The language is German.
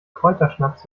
kräuterschnaps